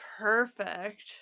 perfect